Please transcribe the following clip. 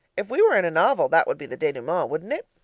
if we were in a novel, that would be the denouement, wouldn't it?